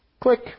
Click